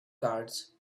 cards